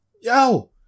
Yo